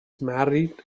married